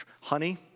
Honey